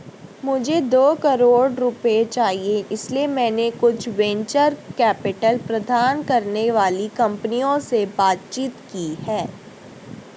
मुझे दो करोड़ रुपए चाहिए इसलिए मैंने कुछ वेंचर कैपिटल प्रदान करने वाली कंपनियों से बातचीत की है